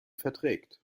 verträgt